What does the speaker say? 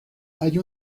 hay